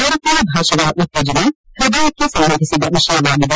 ಭಾರತೀಯ ಭಾಷೆಗಳ ಉತ್ತೇಜನ ಹ್ವದಯಕ್ಕೆ ಸಂಬಂಧಿಸಿದ ವಿಷಯವಾಗಿದೆ